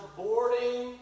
boarding